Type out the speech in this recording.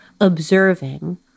observing